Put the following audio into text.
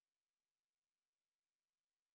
okay you hold on